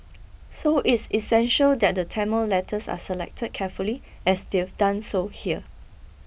so it's essential that the Tamil letters are selected carefully as they've done so here